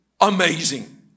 Amazing